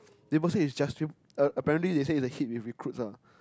they will say is just uh apparently they said it's a hit with recruits ah